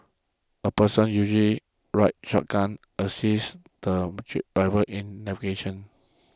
a person usually rides shotgun assists the driver in navigation